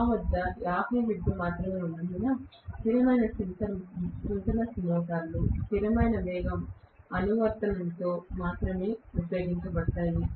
నా వద్ద 50 హెర్ట్జ్ మాత్రమే ఉన్నందున స్థిరమైన సింక్రోనస్ మోటార్లు స్థిరమైన వేగం అనువర్తనంలో మాత్రమే ఉపయోగించబడతాయి